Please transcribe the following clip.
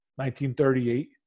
1938